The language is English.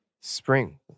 spring